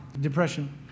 depression